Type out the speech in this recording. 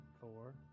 Four